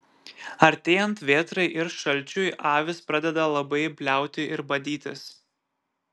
artėjant vėtrai ir šalčiui avys pradeda labai bliauti ir badytis